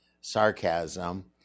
sarcasm